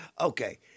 Okay